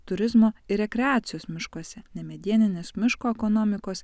turizmo ir rekreacijos miškuose nemedieninės miško ekonomikos